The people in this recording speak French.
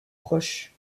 proches